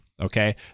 Okay